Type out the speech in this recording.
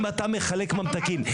אם אתה מחלק ממתקים,